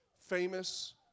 famous